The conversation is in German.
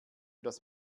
das